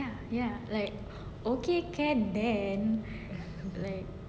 ya like okay can then like